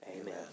Amen